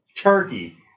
turkey